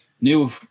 new